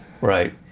right